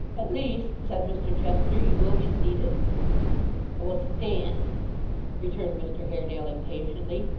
at least said mr chester, you will be seated i will stand returned mr haredale impatiently,